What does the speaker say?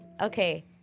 Okay